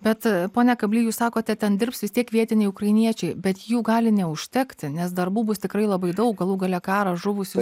bet pone kably jūs sakote ten dirbs vis tiek vietiniai ukrainiečiai bet jų gali neužtekti nes darbų bus tikrai labai daug galų gale karas žuvusių